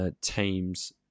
teams